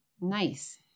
Nice